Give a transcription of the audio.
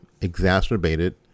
exacerbated